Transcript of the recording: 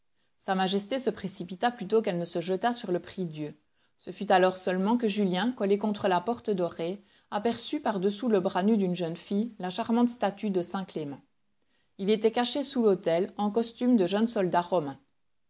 sa majesté se précipita plutôt qu'elle ne se jeta sur le prie-dieu ce fut alors seulement que julien collé contre la porte dorée aperçut par-dessous le bras nu d'une jeune fille la charmante statue de saint clément il était caché sous l'autel en costume de jeune soldat romain